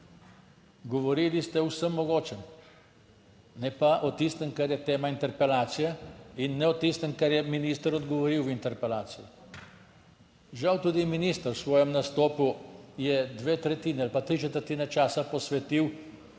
Govorili ste o vsem mogočem ne pa o tistem, kar je tema interpelacije in ne o tistem, kar je minister odgovoril v interpelaciji. Žal tudi minister v svojem nastopu je dve tretjini ali pa tri četrtine časa posvetil